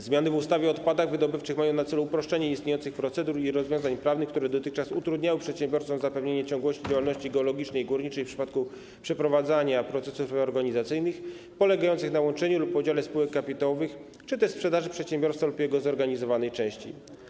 Zmiany w ustawie o odpadach wydobywczych mają na celu uproszczenie istniejących procedur i rozwiązań prawnych, które dotychczas utrudniały przedsiębiorcom zapewnienie ciągłości działalności geologicznej i górniczej w przypadku przeprowadzania procesów reorganizacyjnych polegających na łączeniu lub podziale spółek kapitałowych czy też sprzedaży przedsiębiorstwa lub jego zorganizowanej części.